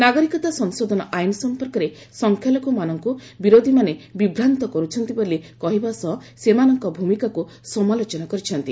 ନାଗରିକତା ସଂଶୋଧନ ଆଇନ ସମ୍ପର୍କରେ ସଂଖ୍ୟାଲଗୁମାନଙ୍କୁ ବିରୋଧୀମାନେ ବିଭ୍ରାନ୍ତ କରୁଛନ୍ତି ବୋଲି କହିବା ସହ ସେମାନଙ୍କ ଭୂମିକାକୁ ସମାଲୋଚନା କରିଛନ୍ତି